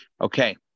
Okay